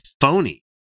phony